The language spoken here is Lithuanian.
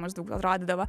maždaug atrodydavo